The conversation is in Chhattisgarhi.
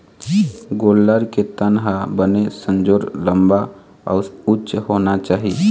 गोल्लर के तन ह बने संजोर, लंबा अउ उच्च होना चाही